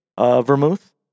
vermouth